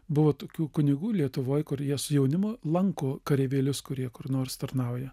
buvo tokių kunigų lietuvoj kur jie su jaunimu lanko kareivėlius kurie kur nors tarnauja